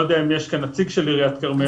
אני לא יודע אם יש כאן נציג של עיריית כרמיאל.